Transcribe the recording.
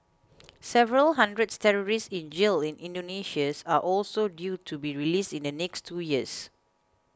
several hundred terrorists in jail in Indonesia are also due to be released in the next two years